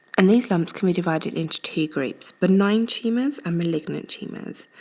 and these lumps can be divided into two groups benign tumors and malignant tumors.